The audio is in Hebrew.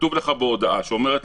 כתוב הודעה שאומרת: